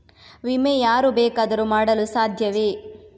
ವಿಮೆ ಯಾರು ಬೇಕಾದರೂ ಮಾಡಲು ಸಾಧ್ಯವೇ?